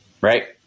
Right